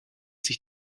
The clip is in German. sich